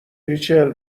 ریچل